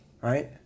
right